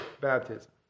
baptism